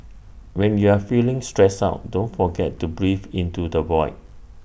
when you are feeling stressed out don't forget to breathe into the void